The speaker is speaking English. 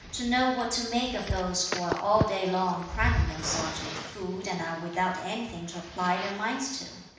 to know what to make of those who are all day long cramming themselves with food and are without anything to apply their minds to!